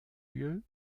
lieu